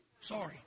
Sorry